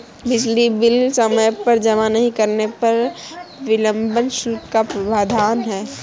बिजली बिल समय पर जमा नहीं करने पर विलम्ब शुल्क का प्रावधान है